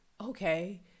okay